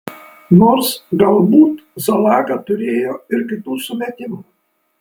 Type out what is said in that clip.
nors galbūt zalaga turėjo ir kitų sumetimų